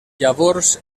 llavors